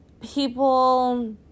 people